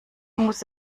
muss